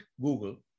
Google